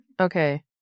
Okay